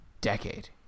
decade